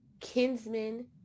kinsman